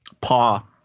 Paw